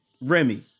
Remy